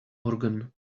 organ